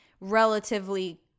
relatively